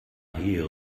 here